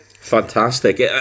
Fantastic